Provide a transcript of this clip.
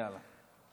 יאללה.